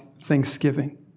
Thanksgiving